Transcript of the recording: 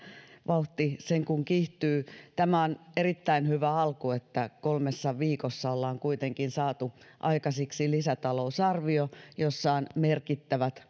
vauhti sen kuin kiihtyy tämä on erittäin hyvä alku että kolmessa viikossa ollaan kuitenkin saatu aikaiseksi lisätalousarvio jossa on merkittävät